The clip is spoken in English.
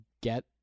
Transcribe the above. get